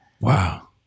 Wow